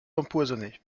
empoisonnée